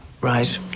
Right